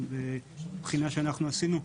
בבחינה שאנחנו עשינו,